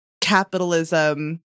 capitalism